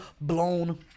Blown